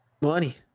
Money